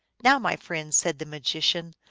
now, my friend, said the magician,